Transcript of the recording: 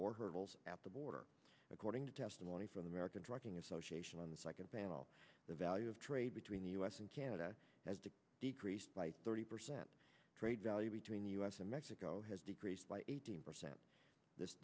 or hurdles at the border according to testimony from the american trucking association on the second panel the value of trade between the u s and canada has decreased by thirty percent trade value between the u s and mexico has decreased by eighteen percent this